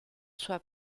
sua